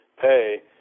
pay